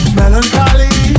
melancholy